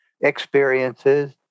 experiences